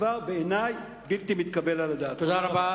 בעיני זה דבר בלתי מתקבל על הדעת.